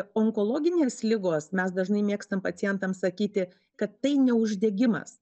onkologinės ligos mes dažnai mėgstam pacientams sakyti kad tai ne uždegimas